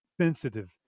sensitive